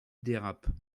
dérapent